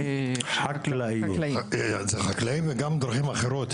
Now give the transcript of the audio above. שטחים חקלאיים וגם דברים אחרים,